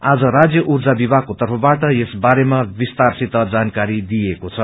आज राज्य ऊर्जा विमागको तर्फबाट यस बारेमा विस्तारसित जानकारी दिइएको छ